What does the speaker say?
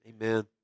Amen